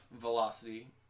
velocity